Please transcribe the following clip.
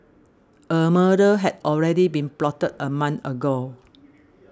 a murder had already been plotted a month ago